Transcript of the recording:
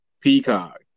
Peacock